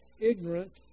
ignorant